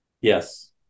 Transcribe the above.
Yes